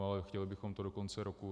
Ale chtěli bychom to do konce roku.